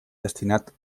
destinat